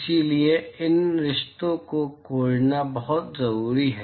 इसलिए इन रिश्तों को खोजना बहुत जरूरी है